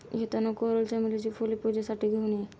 येताना कोरल चमेलीची फुले पूजेसाठी घेऊन ये